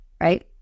right